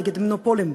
נגד מונופולים,